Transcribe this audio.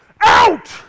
out